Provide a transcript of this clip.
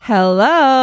Hello